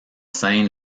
scène